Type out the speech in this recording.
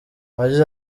yagize